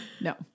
No